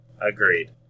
Agreed